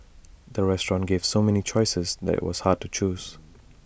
the restaurant gave so many choices that IT was hard to choose